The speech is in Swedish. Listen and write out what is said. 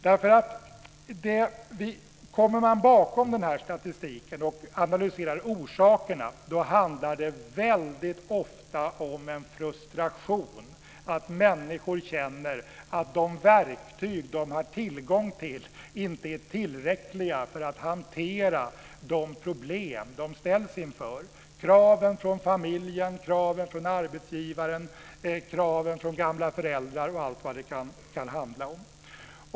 Går man bakom statistiken och analyserar orsakerna handlar det väldigt ofta om en frustration. Människor känner att de verktyg de har tillgång till inte är tillräckliga för att hantera de problem de ställs inför, kraven från familjen, kraven från arbetsgivaren, kraven från gamla föräldrar och allt vad det kan handla om.